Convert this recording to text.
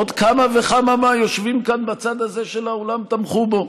עוד כמה וכמה מהיושבים כאן בצד הזה של האולם תמכו בו,